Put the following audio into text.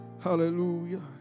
Hallelujah